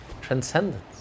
transcendence